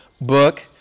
book